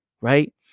Right